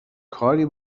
کاری